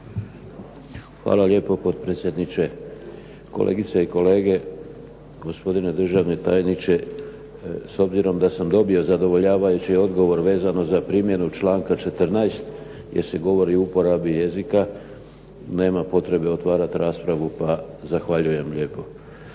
Hvala lijepo potpredsjedniče, kolegice i kolege, gospodine državni tajniče. S obzirom da sam dobio zadovoljavajući odgovor vezano za primjenu članku 14. gdje se govori o uporabi jezika nema potrebe otvarati raspravu pa zahvaljujem lijepo.